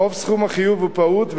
על-פי רוב סכום החיוב הוא פעוט,